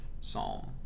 Psalm